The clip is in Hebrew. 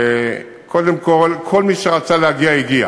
קודם כול, כל מי שרצה להגיע הגיע,